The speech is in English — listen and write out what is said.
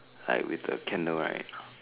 I with the candle right